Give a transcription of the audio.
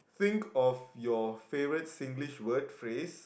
think of your favourite Singlish word phrase